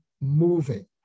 moving